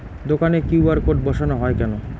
দোকানে QR code বসানো হয় কেন?